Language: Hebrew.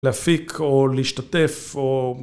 להפיק או להשתתף או